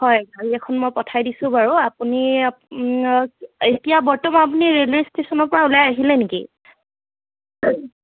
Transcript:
হয় গাড়ী এখন মই পঠাই দিছোঁ বাৰু আপুনি এতিয়া বৰ্তমান আপুনি ৰেলৱে ষ্টেচনৰপৰা ওলাই আহিলে নেকি